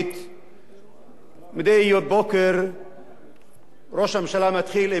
מדי בוקר ראש הממשלה מתחיל עם אירן ומסיים עם אירן.